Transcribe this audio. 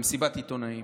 במסיבת עיתונאים,